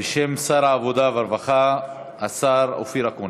בשם שר העבודה והרווחה, השר אופיר אקוניס.